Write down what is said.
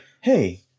hey